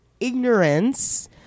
ignorance